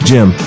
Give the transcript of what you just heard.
Jim